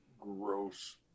gross